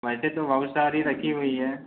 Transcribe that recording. वैसे तो बहुत सारी रखी हुई है